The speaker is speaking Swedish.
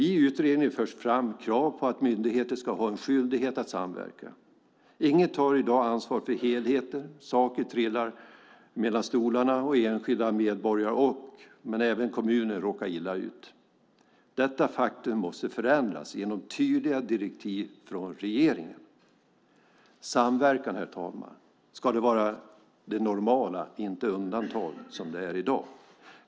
I utredningen förs fram krav på att myndigheter ska ha en skyldighet att samverka. Ingen tar i dag ansvar för helheten. Saker trillar mellan stolarna. Enskilda medborgare men även kommuner råkar illa ut. Detta faktum måste förändras genom tydliga direktiv från regeringen. Samverkan, herr talman, ska vara det normala, inte undantag som det är i dag.